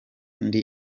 ndi